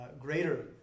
greater